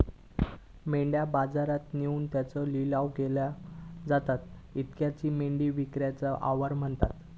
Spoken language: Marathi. मेंढ्या बाजारात नेऊन त्यांचो लिलाव केलो जाता त्येकाचं मेंढी विक्रीचे आवार म्हणतत